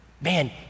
man